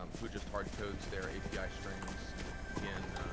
um who just hard codes their api strings in,